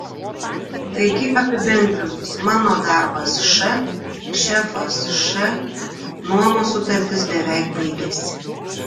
taigi apibendrinus mano darbas š šefas š nuomos sutartis beveik baigiasi